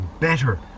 better